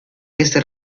este